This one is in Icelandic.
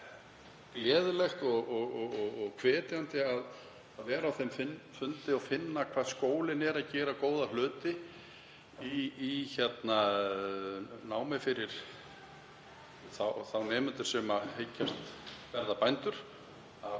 gleðilegt og hvetjandi að vera á þeim fundi og finna hvað skólinn er að gera góða hluti í námi fyrir þá nemendur sem hyggjast verða bændur,